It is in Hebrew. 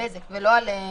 בזק ולא על